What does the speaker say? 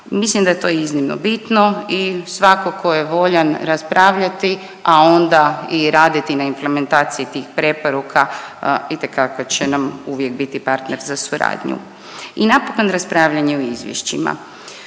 mislim da je to iznimno bitno i svako ko je voljan raspravljati, a onda i raditi na implementaciji tih preporuka itekako će nam uvijek biti partner za suradnju. I napokon raspravljanje o izvješćima.